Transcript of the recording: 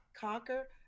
conquer